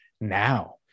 now